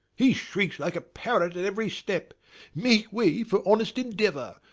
he shrieks like a parrot at every step make way for honest endeavour!